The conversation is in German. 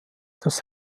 dass